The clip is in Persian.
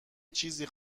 چیزی